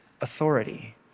authority